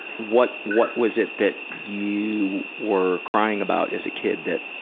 what what was it that you were crying about as a kid that,